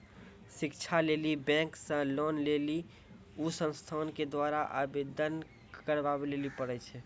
शिक्षा लेली बैंक से लोन लेली उ संस्थान के द्वारा आवेदन करबाबै लेली पर छै?